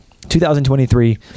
2023